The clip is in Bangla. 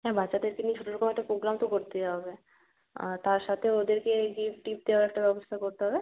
হ্যাঁ বাচ্চাদেরকে নিয়ে ছোটোর ওপর একটা পোগ্রাম তো করতেই হবে তার সাথে ওদেরকে গিফট টিফট দেওয়ার একটা ব্যবস্থা করতে হবে